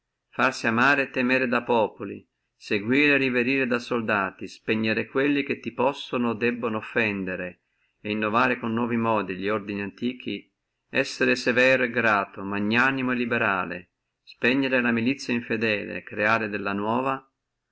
farsi amare e temere da populi seguire e reverire da soldati spegnere quelli che ti possono o debbono offendere innovare con nuovi modi li ordini antichi essere severo e grato magnanimo e liberale spegnere la milizia infidele creare della nuova